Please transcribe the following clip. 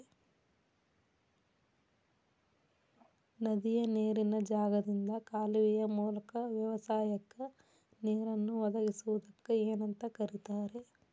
ನದಿಯ ನೇರಿನ ಜಾಗದಿಂದ ಕಾಲುವೆಯ ಮೂಲಕ ವ್ಯವಸಾಯಕ್ಕ ನೇರನ್ನು ಒದಗಿಸುವುದಕ್ಕ ಏನಂತ ಕರಿತಾರೇ?